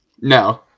No